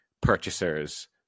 purchasers